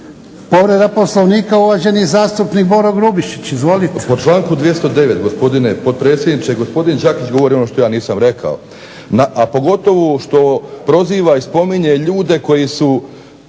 Povreda Poslovnika uvaženi zastupnik Josip Đakić. Izvolite.